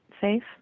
SAFE